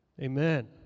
Amen